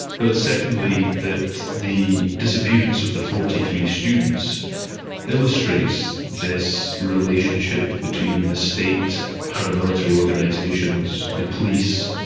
but secondly that the disappearance of the forty three students illustrates this relationship between the state, paramilitary organisations, the police,